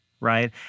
Right